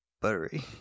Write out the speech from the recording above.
buttery